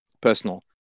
personal